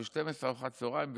ב-12:00 ארוחת צוהריים,